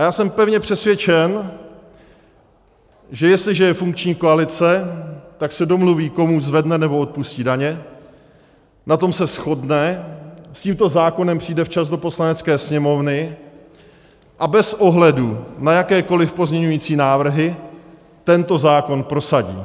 Já jsem pevně přesvědčen, že jestliže je funkční koalice, tak se domluví, komu zvedne, nebo odpustí daně, na tom se shodne, s tímto zákonem přijde včas do Poslanecké sněmovny a bez ohledu na jakékoliv pozměňovací návrhy tento zákon prosadí.